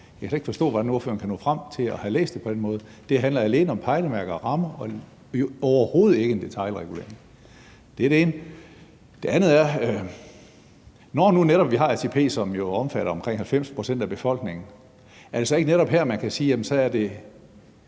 Jeg kan slet ikke forstå, hvordan ordføreren kommer frem til at læse det på den måde. Det handler alene om pejlemærker og rammer og overhovedet ikke om detailregulering. Det er det ene. Det andet er, at når vi nu netop har ATP, som jo omfatter omkring 90 pct. af befolkningen, er det så ikke netop her, man skal sige, at så er